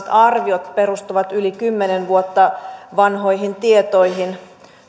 arviot perustuvat yli kymmenen vuotta vanhoihin tietoihin